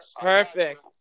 Perfect